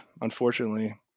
unfortunately